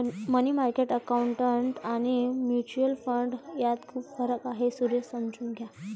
मनी market account आणि mutual fund यात खूप फरक आहे, सुरेश समजून घ्या